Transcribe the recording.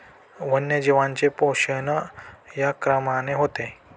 वन्यजीवांचे शोषण या क्रमाने होते